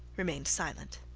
remained silent.